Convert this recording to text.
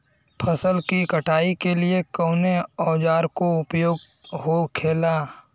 फसल की कटाई के लिए कवने औजार को उपयोग हो खेला?